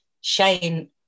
Shane